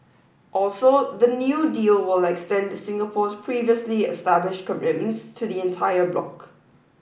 also the new deal will extend Singapore's previously established commitments to the entire bloc